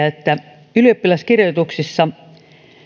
että ylioppilaskirjoituksissa